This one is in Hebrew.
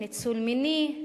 ניצול מיני,